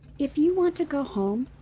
if you want to go home,